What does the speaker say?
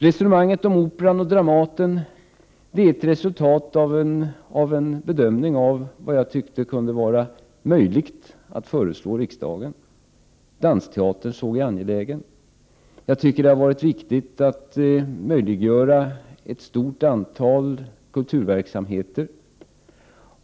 Resonemanget om Operan och Dramaten är ett resultat av en bedömning av vad jag tyckte kunde vara möjligt att föreslå riksdagen. Dansteaterns tillkomst ansåg jag var angelägen. Jag tycker det har varit viktigt att möjliggöra ett stort antal kulturverksamheter.